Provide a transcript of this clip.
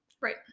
Right